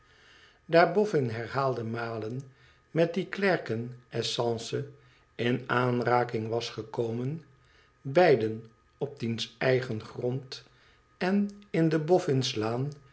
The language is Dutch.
daar boffin herhaalde malen met dien klerken essence in aanraking was gekomen beiden op diens eigen grond en in de boffin's laan